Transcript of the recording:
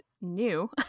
new